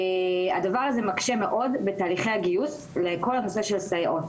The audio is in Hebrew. הדבר הזה מקשה מאוד בתהליכי הגיוס לכל הנושא של סייעות.